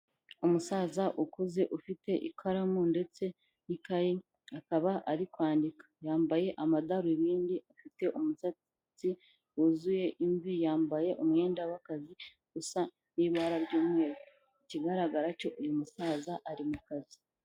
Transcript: Umusaza ukuze ufite ikaramu ndetse n'ikayi akaba ari kwandika, yambaye amadarubindi afite umusatsi wuzuye imvi, yambaye umwenda w'akazi usa n'ibara ry'umweru. Ikigaragara cyo uyu musaza ari mu kazi.